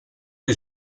que